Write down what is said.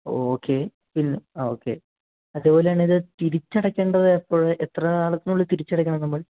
okay pin ആ okay അതേ പോലെ തന്നെ ഇത് തിരിച്ചടക്കേണ്ടത് എപ്പോൾ എത്ര കാലത്തിനുള്ളിൽ തിരിച്ചടക്കണം നമ്മൾ